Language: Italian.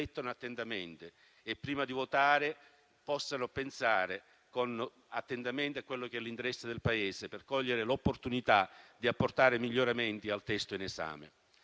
e, prima di votare, possano pensare all'interesse del Paese per cogliere l'opportunità di apportare miglioramenti al testo in esame.